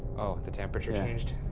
oh, the temperature changed.